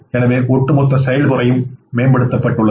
எனவே ஒட்டுமொத்த செயல்முறையும் மேம்படுத்தப்பட்டுள்ளது